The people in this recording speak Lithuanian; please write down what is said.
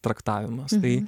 traktavimas tai